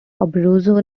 abruzzo